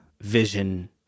vision